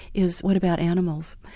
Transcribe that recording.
is what about animals,